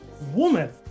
woman